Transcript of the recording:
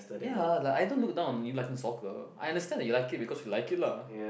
ya like I don't look down on you like in soccer I understand that you like it you because like it lah